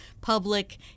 public